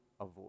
avoid